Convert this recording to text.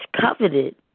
coveted